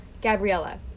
Gabriella